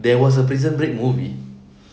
there was a prison break movie